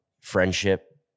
friendship